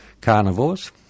carnivores